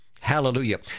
Hallelujah